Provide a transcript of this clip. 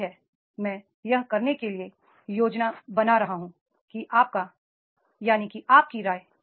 यही है मैं यह करने के लिए योजना बना रहा हूं कि आपका क्या है राय